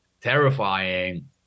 terrifying